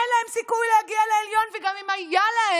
אין להם סיכוי להגיע לעליון, וגם אם היה להם,